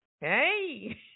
Hey